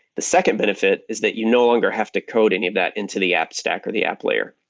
the second benefit is that you no longer have to code any of that into the app stack or the app layer.